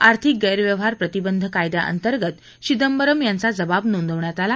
आर्थिक गैरव्यवहार प्रतिबंध कायद्याअंतर्गत चिदंबरम यांचा जबाब नोंदवण्यात आला